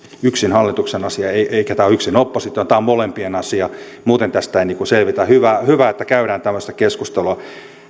yksin hallituksen asia eikä tämä ole yksin opposition tämä on molempien asia muuten tästä ei selvitä hyvä hyvä että käydään tämmöistä keskustelua